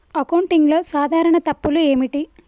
అకౌంటింగ్లో సాధారణ తప్పులు ఏమిటి?